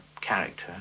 character